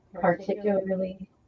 particularly